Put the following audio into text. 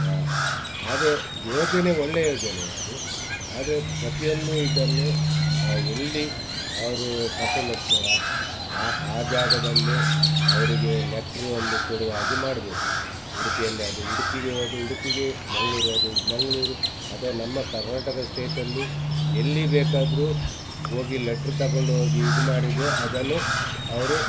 ಹಾಂ ಆದರೆ ಯೋಜನೆ ಒಳ್ಳೆಯ ಯೋಜನೆ ಅದು ಆದರೆ ಪ್ರತಿಯೊಂದು ಇದನ್ನು ಎಲ್ಲಿ ಅವರು ಕರ್ಕೊಂಡೋಗ್ತಾರೋ ಆ ಆ ಜಾಗದಲ್ಲೇ ಅವರಿಗೆ ಲೆಟ್ರು ಒಂದು ಕೊಡುದಾಗಿ ಮಾಡಬೇಕು ಉಡುಪಿಯಲ್ಲಾದ್ರು ಉಡುಪಿಗೆ ಹೋದ್ರೂ ಉಡುಪಿಗೆ ಮಂಗ್ಳೂರು ಹೋದ್ರೂ ಮಂಗಳೂರು ಅಥವಾ ನಮ್ಮ ಕರ್ನಾಟಕ ಸ್ಟೇಟಲ್ಲಿ ಎಲ್ಲಿ ಬೇಕಾದ್ರೂ ಹೋಗಿ ಲೆಟ್ರು ತಗೊಂಡು ಹೋಗಿ ಇದು ಮಾಡಿದರೆ ಅದನ್ನು ಅವರು